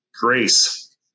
grace